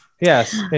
Yes